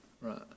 Right